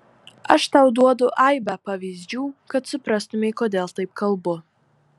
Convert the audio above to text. aš tau duodu aibę pavyzdžių kad suprastumei kodėl taip kalbu